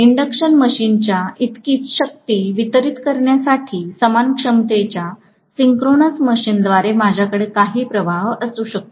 induction मशीनच्या इतकीच शक्ती वितरीत करण्यासाठी समान क्षमतेच्या सिंक्रोनस मशीनद्वारे माझ्याकडे कमी प्रवाह असू शकतो